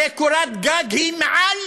הרי קורת גג היא מעל,